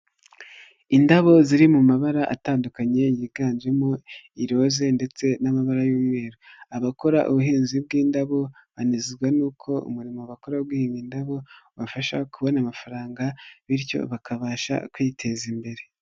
Indabo ziri mu mabara atandukanye yiganjemo iroze ndetse n'amabara y'umweru, abakora ubuhinzi bw'indabo banezwa n'uko umurimo bakora wo guhinga indabo ubafasha kubona amafaranga, bityo bakabasha kwiteza imbere.